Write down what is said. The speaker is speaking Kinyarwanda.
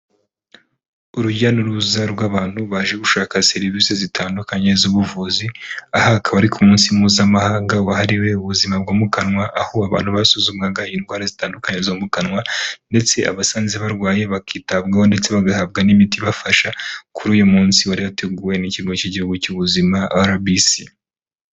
Urujya n'uruza rw'abantu baje gushaka serivisi zitandukanye z'ubuvuzi, aha akaba ari ku munsi mpuzamahanga wahariwe ubuzima bwo mu kanwa, aho abantu basuzumwaga indwara zitandukanye zo mu kanwa, ndetse abasanze barwaye bakitabwaho ndetse bagahabwa n'imiti ibafasha, kuri uyu munsi wari wateguwe n'ikigo cy'igihugu cy'ubuzima RBC.